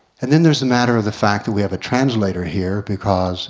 and then there's the matter of the fact that we have a translator here because